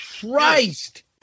Christ